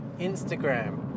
Instagram